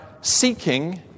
seeking